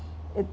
it